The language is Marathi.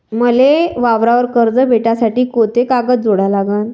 मले वावरावर कर्ज भेटासाठी कोंते कागद जोडा लागन?